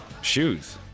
shoes